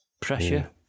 Pressure